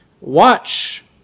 Watch